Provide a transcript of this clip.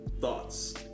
Thoughts